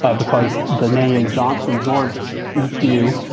because the name johnson, george e q,